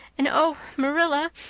and oh, marilla,